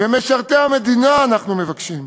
ומשרתי המדינה אנחנו מבקשים.